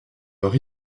leur